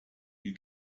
you